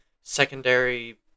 secondary